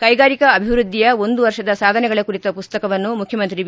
ಕೈಗಾರಿಕಾ ಅಭಿವೃದ್ದಿಯ ಒಂದು ವರ್ಷದ ಸಾಧನೆಗಳ ಕುರಿತ ಪುಸ್ತಕವನ್ನು ಮುಖ್ಯಮಂತ್ರಿ ಬಿ